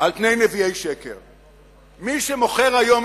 מזרימת מי הקולחין